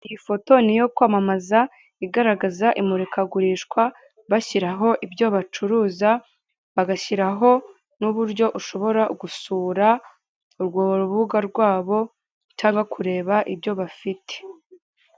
Iyi foto ni iyo kwamamaza igaragaza imurikagurishwa bashyiraho ibyo bacuruza bagashyiraho n'uburyo ushobora gusura urwo rubuga rwabo cyangwa kureba ibyo bafite.